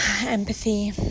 empathy